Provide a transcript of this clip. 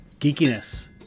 geekiness